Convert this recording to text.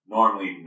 Normally